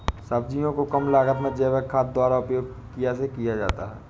सब्जियों को कम लागत में जैविक खाद द्वारा उपयोग कैसे किया जाता है?